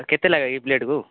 କେତେ ଲେଖା ଏଇ ପ୍ଲେଟ୍କୁ